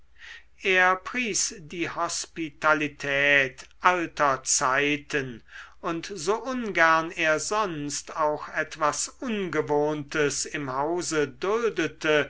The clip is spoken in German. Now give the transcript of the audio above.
er pries die hospitalität alter zeiten und so ungern er sonst auch etwas ungewohntes im hause duldete